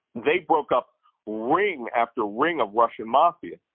they broke up ring after ring of russian mafia.